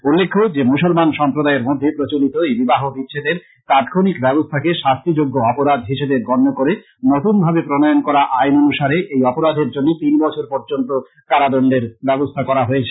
উল্লেখ্য যে মুসলমান সম্প্রদায়ের মধ্যে প্রচলিত এই বিবাহ বিচ্ছেদের তাৎক্ষনিক ব্যবস্থাকে শাস্তিযোগ্য অপরাধ হিসেবে গণ্য করে নতুন ভাবে প্রণয়ন করা আইন অনুসারে এই অপরাধের জন্য তিন বছর পর্যন্ত কারাদন্ডের ব্যবস্থ্যা করা হয়েছে